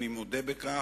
אני מודה בכך,